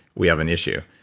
we have an issue.